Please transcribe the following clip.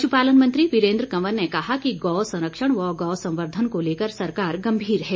पश्पालन मंत्री वीरेंद्र कवर ने कहा कि गौ संरक्षण व गौ संबर्धन को लेकर सरकार गंभीर है